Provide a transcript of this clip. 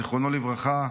זיכרונו לברכה,